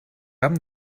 haben